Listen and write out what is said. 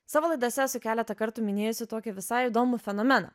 savo laidose esu keletą kartų minėjusi tokį visai įdomų fenomeną